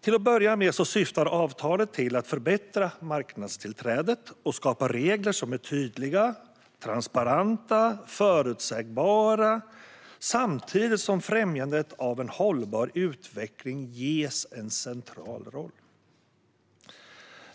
Till att börja med syftar avtalet till att förbättra marknadstillträdet och skapa regler som är tydliga, transparenta och förutsägbara, samtidigt som främjandet av en hållbar utveckling ges en central roll.